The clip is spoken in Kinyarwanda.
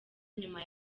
nyuma